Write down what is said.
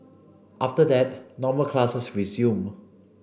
after that normal classes resumed